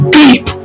deep